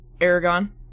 Aragon